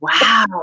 Wow